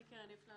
קרן איפלן,